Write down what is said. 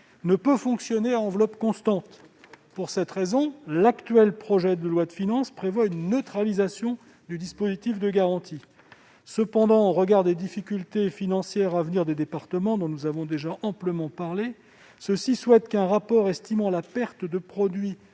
ne peut fonctionner à enveloppe constante. Pour cette raison, l'actuel projet de loi de finances prévoit une neutralisation du dispositif de garantie. Cependant, au regard des difficultés financières à venir des départements, dont nous avons amplement parlé, nous souhaitons qu'un rapport estimant la perte de produit